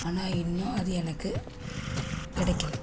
ஆனால் இன்னும் அது எனக்கு கிடைக்கல